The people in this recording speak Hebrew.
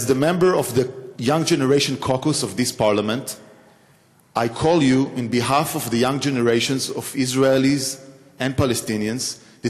אני בא ממפלגת מרכז-ימין, מפלגה של אנשי מעשה, אבל